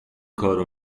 کارو